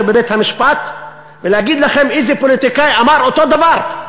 בבית-המשפט ולהגיד לכם איזה פוליטיקאי אמר אותו דבר.